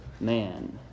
man